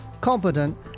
competent